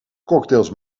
cocktails